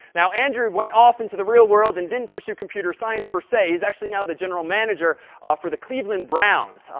now andrew went off into the real world and didn't pursue computer science, per se. he's actually now the general manager for the cleveland browns,